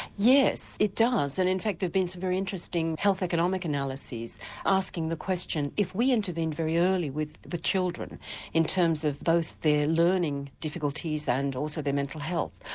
yes, it does and in fact there have been some very interesting health economic analyses asking the question if we intervene very early with the children in terms of both their learning difficulties and also their mental health,